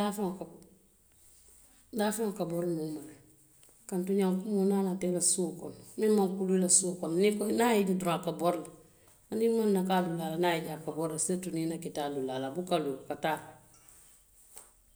Daafeŋo ka bori le daafeŋo ka bori moo ma le kaatuŋ ñankumoo niŋ a maŋ tara i suo kono, miŋ maŋ kuluu i la suo kono, niŋ a je doroŋ a ka bori le hani maŋ naki a bala la niŋ a ye i je a ka bori le sirituu niŋ i nakita a la niŋ a ye i je, a buka loo, a ka taa le.